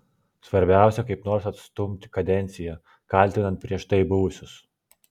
svarbiausia kaip nors atstumti kadenciją kaltinant prieš tai buvusius